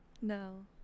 No